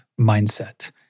mindset